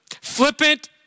flippant